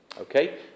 Okay